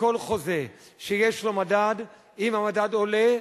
שכל חוזה שיש לו מדד, אם המדד עולה,